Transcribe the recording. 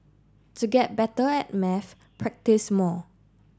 to get better at maths practice more